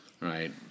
right